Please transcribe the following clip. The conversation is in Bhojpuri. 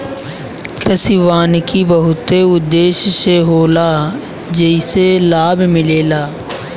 कृषि वानिकी बहुते उद्देश्य से होला जेइसे लाभ मिलेला